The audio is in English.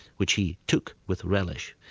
which he took with relish.